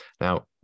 Now